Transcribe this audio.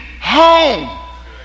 home